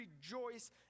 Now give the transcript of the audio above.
rejoice